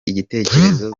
igitekerezo